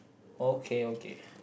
okay okay